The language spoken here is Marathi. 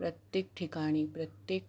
प्रत्येक ठिकाणी प्रत्येक